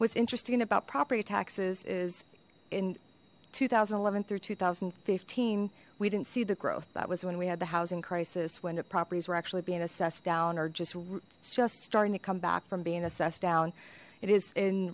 was interesting about property taxes is in two thousand and eleven through two thousand and fifteen we didn't see the growth that was when we had the housing crisis when properties were actually being assessed down or just it's just starting to come back from being assessed down it is in